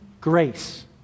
grace